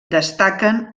destaquen